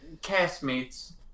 castmates